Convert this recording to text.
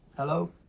hello?